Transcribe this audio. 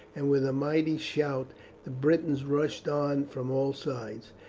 and with a mighty shout the britons rushed on from all sides.